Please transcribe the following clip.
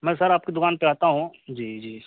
میں سر آپ کی دکان پہ آتا ہوں جی جی